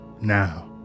now